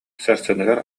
сарсыныгар